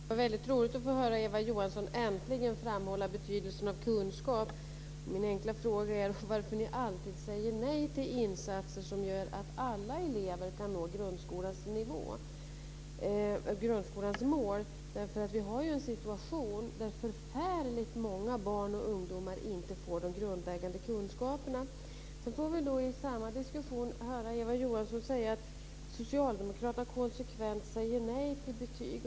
Fru talman! Det var roligt att äntligen få höra Eva Johansson framhålla betydelsen av kunskap. Min enkla fråga är varför ni alltid säger nej till insatser som gör att alla elever kan nå grundskolans mål. Vi har nämligen en situation där förfärligt många barn och ungdomar inte får de grundläggande kunskaperna. I samma diskussion får vi höra Eva Johansson säga att Socialdemokraterna konsekvent säger nej till betyg.